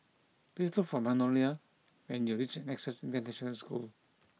please look for Manuela when you reach Nexus International School